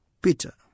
Peter